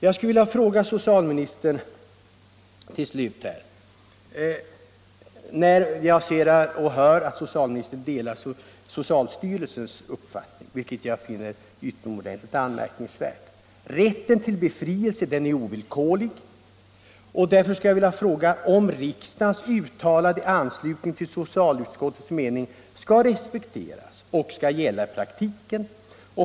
Jag skulle vilja ställa ett par frågor till socialministern eftersom jag finner det utomordentligt anmärkningsvärt att socialministern delar socialstyrelsens uppfattning på denna punkt. Eftersom rätten till befrielse är ovillkorlig vill jag för det första fråga: Skall riksdagens uttalade anslutning till socialutskottets mening respekteras och gälla i praktiken?